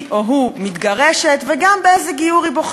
אחריה, חבר הכנסת אילן גילאון.